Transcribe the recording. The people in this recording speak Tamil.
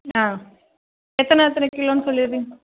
ஆ எத்தனை எத்தன கிலோனு சொல்லிட்றீங்க